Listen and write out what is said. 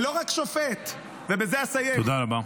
ולא רק שופט, ובזה אסיים --- תודה רבה.